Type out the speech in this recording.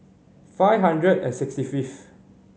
five hundred and sixty fifth